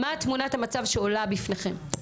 מהי תמונת המצב שעולה בפניכם.